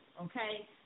Okay